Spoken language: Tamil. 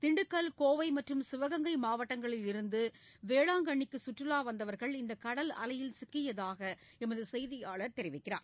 திண்டுக்கல் மற்றும் சிவகங்கை மாவட்டத்திலிருந்து வேளாங்கண்ணிக்கு சுற்றுவா வந்தவர்கள் இந்த கடல் அலையில் சிக்கியதாக எமது செய்தியாளர் தெரிவிக்கிறார்